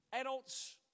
adults